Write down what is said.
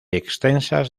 extensas